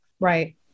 Right